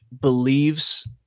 believes